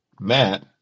Matt